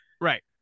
Right